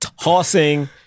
tossing